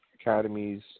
academies